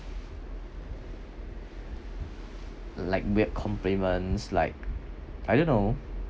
like weird compliments like I don't know